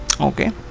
okay